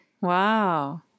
Wow